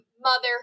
mother